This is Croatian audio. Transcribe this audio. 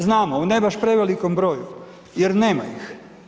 Znamo u ne baš prevelikom broju jer nema ih.